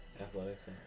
Athletics